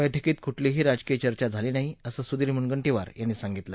बर्स्कीत कुठलीही राजकीय चर्चा झाली नाही असं सूधीर मुनगंटीवार यांनी सांगितलं